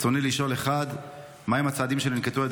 רצוני לשאול: 1. מהם הצעדים שננקטו על ידי